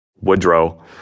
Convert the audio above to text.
Woodrow